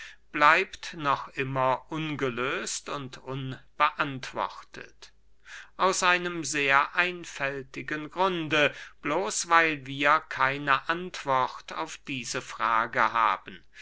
bleibt noch immer ungelöst und unbeantwortet aus einem sehr einfältigen grunde bloß weil wir keine antwort auf diese frage haben